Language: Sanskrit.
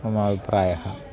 मम अभिप्रायः